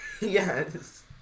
Yes